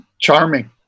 Charming